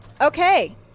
okay